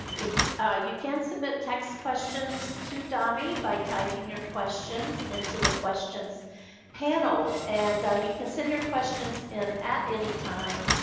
ah you can submit text questions to dami by typing your questions into the questions panel, and you can send your questions in at any time.